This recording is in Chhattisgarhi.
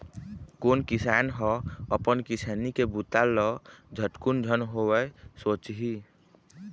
कोन किसान ह अपन किसानी के बूता ल झटकुन झन होवय सोचही